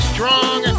Strong